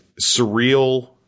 surreal